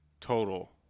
total